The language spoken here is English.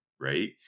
right